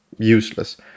Useless